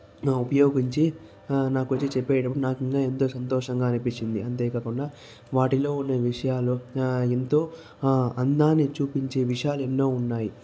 ఉపయోగించి నాకు వచ్చి చెప్పేయడం నాకు ఇంకా ఎంతో సంతోషంగా అనిపించింది అంతేకాకుండా వాటిలో ఉండే విషయాలు ఎంతో అందాన్ని చూపించే విషయాలు ఎన్నో ఉన్నాయి